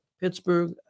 Pittsburgh